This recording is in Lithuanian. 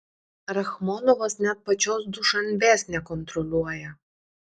rachmonovas net pačios dušanbės nekontroliuoja